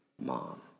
mom